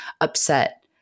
upset